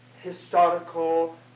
historical